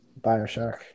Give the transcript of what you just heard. bioshock